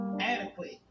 adequate